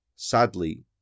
sadly